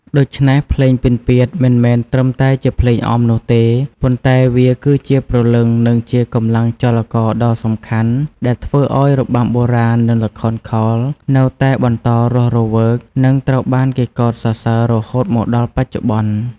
ដូច្នេះ ភ្លេងពិណពាទ្យមិនមែនត្រឹមតែជាភ្លេងអមនោះទេ ប៉ុន្តែវាគឺជាព្រលឹង និងជាកម្លាំងចលករដ៏សំខាន់ដែលធ្វើឱ្យរបាំបុរាណ និងល្ខោនខោលនៅតែបន្តរស់រវើក និងត្រូវបានគេកោតសរសើររហូតមកដល់បច្ចុប្បន្ន។